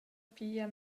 pia